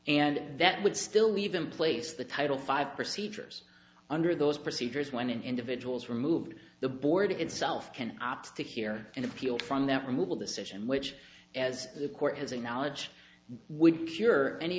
and that would still leave in place the title five procedures under those procedures when an individual's removed the board itself can opt to hear an appeal from that removal decision which as the court has acknowledge would cure any